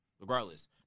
regardless